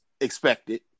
expected